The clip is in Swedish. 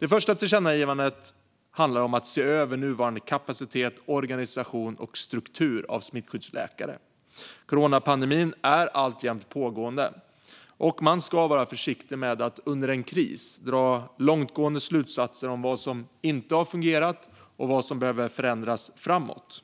Det första tillkännagivandet handlar om att se över nuvarande kapacitet, organisation och struktur när det gäller smittskyddsläkare. Coronapandemin är alltjämt pågående, och man ska vara försiktig med att under en kris dra långtgående slutsatser om vad som inte har fungerat och vad som behöver förändras framåt.